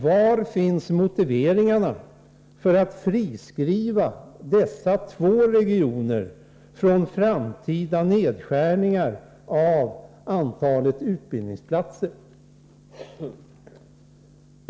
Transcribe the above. Var finns motiveringarna för att friskriva dessa två regioner från framtida nedskärningar av antalet utbildningsplatser?